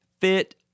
Fit